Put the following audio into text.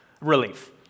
relief